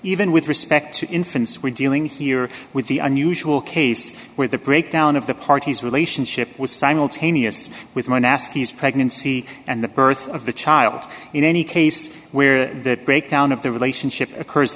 even with respect to infants we're dealing here with the unusual case where the breakdown of the parties relationship was simultaneous with one ask each pregnancy and the birth of the child in any case where the breakdown of the relationship occurs